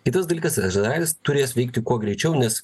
kitas dalykas ir izraelis turės veikti kuo greičiau nes